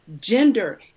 gender